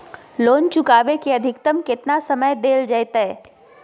Loan चुकाबे के अधिकतम केतना समय डेल जयते?